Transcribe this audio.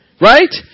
Right